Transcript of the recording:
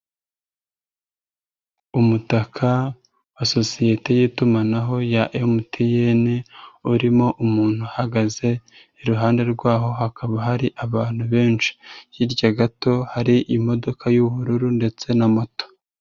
Umutaka wa sosiyete y'itumanaho ya MTN urimo umuntu uhagaze, iruhande rwaho hakaba hari abantu benshi hirya gato hari imodoka y'ubururu ndetse na mato.